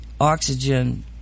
oxygen